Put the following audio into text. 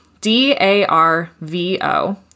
D-A-R-V-O